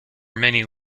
many